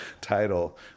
title